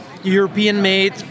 European-made